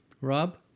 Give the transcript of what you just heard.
Rob